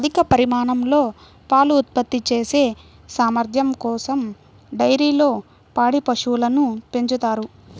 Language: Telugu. అధిక పరిమాణంలో పాలు ఉత్పత్తి చేసే సామర్థ్యం కోసం డైరీల్లో పాడి పశువులను పెంచుతారు